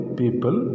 people